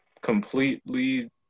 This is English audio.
completely